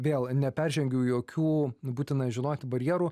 vėl neperžengiu jokių būtina žinoti barjerų